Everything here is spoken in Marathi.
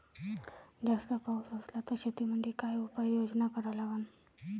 जास्त पाऊस असला त शेतीमंदी काय उपाययोजना करा लागन?